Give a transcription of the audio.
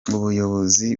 ubuyobozi